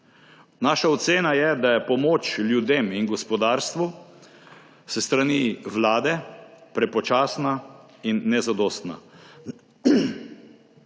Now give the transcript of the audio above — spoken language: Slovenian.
Naša ocena je, da je pomoč ljudem in gospodarstvu s strani vlade prepočasna in nezadostna.